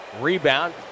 Rebound